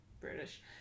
British